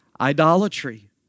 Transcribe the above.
idolatry